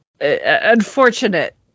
unfortunate